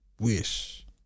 wish